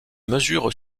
mesures